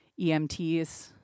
EMTs